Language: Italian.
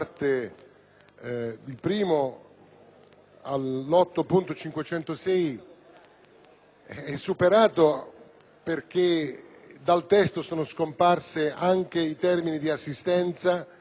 è superato perché dal testo sono scomparsi i termini di assistenza, istruzione e sanità. Pur conservando il suo valore ideale, lo ritiro